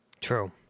true